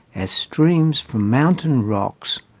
as streams from mountain rocks,